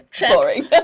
boring